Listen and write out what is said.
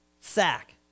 sack